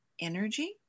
energy